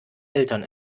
eltern